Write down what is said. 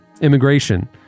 immigration